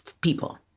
people